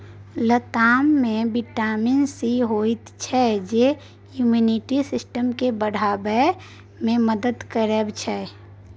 लताम मे vitamin C होइ छै जे इम्युन सिस्टम केँ बढ़ाबै मे मदद करै छै